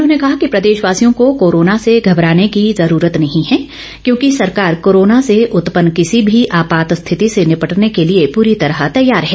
उन्होंने कहा कि प्रदेशवासियों को कोरोना से घबराने की जरूरत नहीं है क्योंकि सरकार कोरोना से उत्पन्न किसी भी आपात स्थिति से निपटने के लिए पूरी तरह तैयार है